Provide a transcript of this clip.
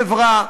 להגן על החברה.